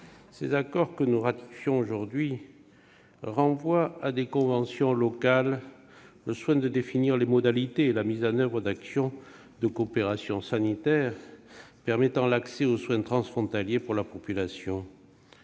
est question aujourd'hui renvoient à des conventions locales le soin de définir les modalités et la mise en oeuvre d'actions de coopération sanitaire permettant un accès transfrontalier aux soins pour la population.